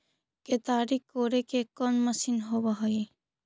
केताड़ी कोड़े के कोन मशीन होब हइ?